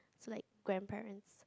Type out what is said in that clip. it's like grandparent